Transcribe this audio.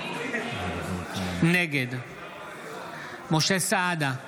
נגד משה סעדה,